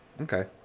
okay